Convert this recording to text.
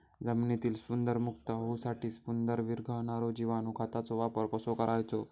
जमिनीतील स्फुदरमुक्त होऊसाठीक स्फुदर वीरघळनारो जिवाणू खताचो वापर कसो करायचो?